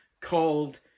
called